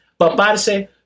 Paparse